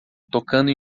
tocando